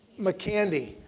McCandy